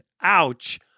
ouch